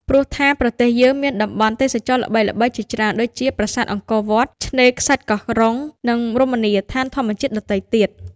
ព្រោះថាប្រទេសយើងមានតំបន់ទេសចរណ៍ល្បីៗជាច្រើនដូចជាប្រាសាទអង្គរវត្ត ឆ្នេរខ្សាច់កោះរុង និងរមណីយដ្ឋានធម្មជាតិដទៃទៀត។